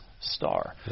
star